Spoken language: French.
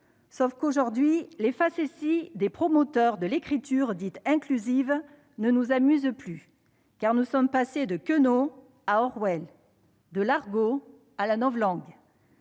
Sauf qu'aujourd'hui les facéties des promoteurs de l'écriture dite inclusive ne nous amusent plus : nous sommes passés de Queneau à Orwell, de l'argot à la novlangue